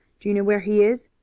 do you know where he is?